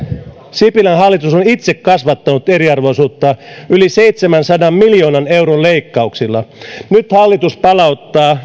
sipilän hallitus on itse kasvattanut eriarvoisuutta yli seitsemänsadan miljoonan euron leikkauksilla nyt hallitus palauttaa